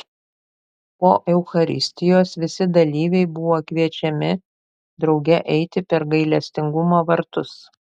po eucharistijos visi dalyviai buvo kviečiami drauge eiti per gailestingumo vartus